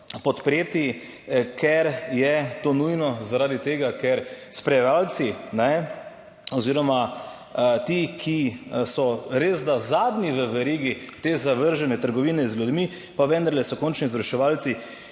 podpreti, ker je to nujno, zaradi tega, ker spremljevalci ne oziroma ti, ki so res da zadnji v verigi te zavržene trgovine z ljudmi, pa vendarle so končni izvrševalci